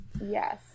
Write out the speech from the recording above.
Yes